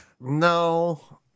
No